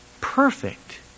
perfect